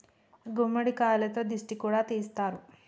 గుమ్మడికాయతో దిష్టి కూడా తీస్తారు